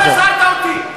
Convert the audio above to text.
אתה לא הזהרת אותי.